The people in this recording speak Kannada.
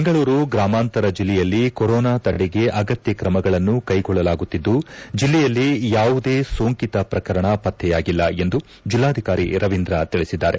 ಬೆಂಗಳೂರು ಗ್ರಾಮಾಂತರ ಜಿಲ್ಲೆಯಲ್ಲಿ ಕೊರೋನಾ ತಡೆಗೆ ಅಗತ್ಯ ತ್ರಮಗಳನ್ನು ಕೈಗೊಳ್ಳಲಾಗುತ್ತಿದ್ದು ಜಿಲ್ಲೆಯಲ್ಲಿ ಯಾವುದೇ ಸೋಂಕಿತ ಪ್ರಕರಣ ಪತ್ತೆಯಾಗಿಲ್ಲ ಎಂದು ಜಿಲ್ಲಾಧಿಕಾರಿ ರವೀಂದ್ರ ತಿಳಿಸಿದ್ದಾರೆ